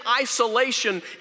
isolation